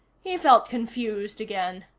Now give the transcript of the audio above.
he felt confused again.